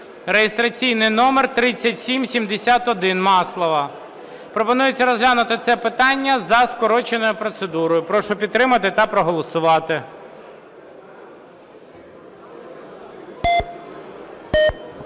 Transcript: (реєстраційний номер 3771), Маслова. Пропонується розглянути це питання за скороченою процедурою. Прошу підтримати та проголосувати.